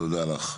תודה לך.